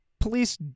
police